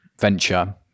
venture